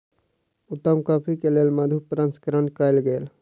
उत्तम कॉफ़ी के लेल मधु प्रसंस्करण कयल गेल